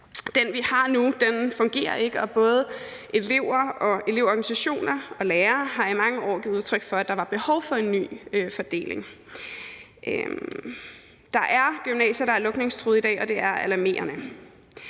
Den, vi har nu, fungerer ikke, og både elever, elevorganisationer og lærere har i mange år givet udtryk for, at der var behov for en ny fordeling. Der er gymnasier, der er lukningstruede i dag, og det er alarmerende,